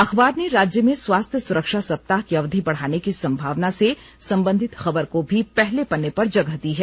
अखबार ने राज्य में स्वास्थ्य सुरक्षा सप्ताह की अवधि बढ़ाने की संभावना से संबंधित खबर को भी पहले पन्ने पर जगह दी है